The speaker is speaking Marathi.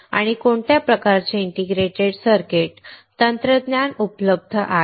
आणि कोणत्या प्रकारचे इंटिग्रेटेड सर्किट तंत्रज्ञान उपलब्ध आहे